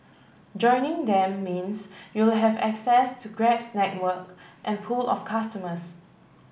joining them means you'll have access to Grab's network and pool of customers